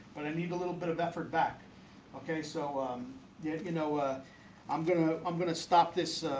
but i need a little bit of effort back ok so yeah, you know ah i'm gonna. i'm gonna stop this